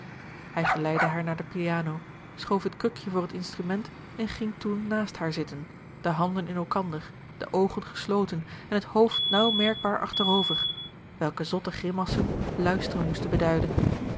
hij geleidde haar naar de piano schoof het krukje voor het instrument en ging toen naast haar zitten de handen in elkander de oogen gesloten en het hoofd naauw merkbaar achterover welke zotte grimassen luisteren moesten beduiden